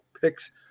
picks